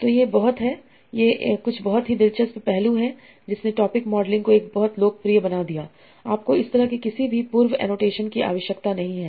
तो यह बहुत है यह कुछ बहुत ही दिलचस्प पहलू है जिसने टॉपिक मॉडलिंग को बहुत लोकप्रिय बना दिया है आपको इस तरह के किसी भी पूर्व एनोटेशन की आवश्यकता नहीं है